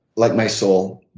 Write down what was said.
like my soul,